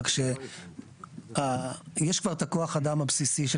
רק שיש כבר את כוח האדם הבסיסי,